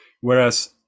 Whereas